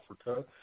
Africa